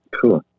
Cool